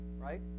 right